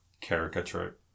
caricature